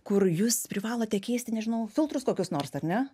kur jūs privalote keisti nežinau filtrus kokius nors ar ne